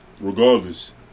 Regardless